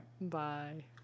Bye